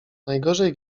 najgorzej